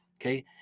okay